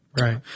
Right